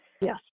Yes